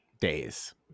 days